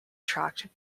tract